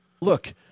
look